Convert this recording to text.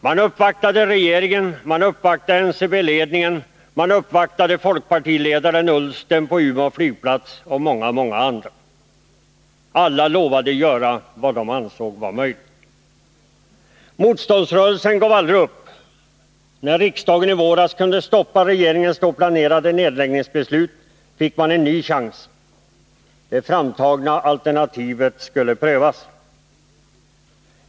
Man uppvaktade regeringen och NCB-ledningen, man uppvaktade folkpartiledaren Ullsten på Umeå flygplats och många andra. Alla lovade göra vad de ansåg var möjligt! Motståndsrörelsen gav aldrig upp. När riksdagen i våras kunde stoppa regeringens då planerade nedläggningsbeslut fick man en ny chans. Det framtagna alternativet skulle prövas!